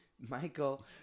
Michael